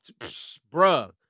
bruh